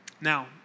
Now